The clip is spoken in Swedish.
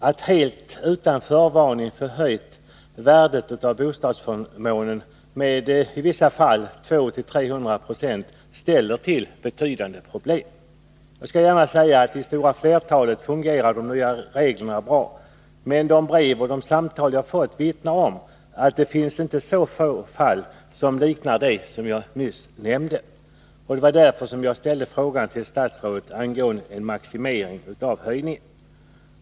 Att helt utan förvarning få värdet av sin bostadsförmån höjt med i vissa fall 200-300 26 ställer till betydande problem. Jag skall gärna säga att de nya reglerna fungerar bra i det stora flertalet fall, men de brev och samtal jag har fått vittnar om att det inte är så få fall som liknar det jag nyss nämnde. Det var därför som jag ställde frågan till statsrådet angående en maximering av höjningen.